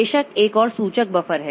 बेशक एक और सूचक बफर है